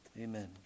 Amen